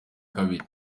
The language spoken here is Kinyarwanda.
kabiri